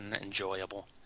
enjoyable